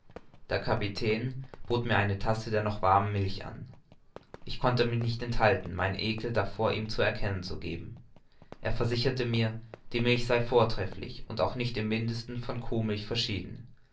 der kapitän bot mir eine tasse der noch warmen milch an ich konnte mich nicht enthalten meinen ekel davor ihm zu erkennen zu geben er versicherte mich die milch sei vortrefflich und auch nicht im mindesten von kuhmilch verschieden